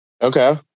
Okay